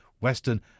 western